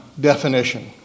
definition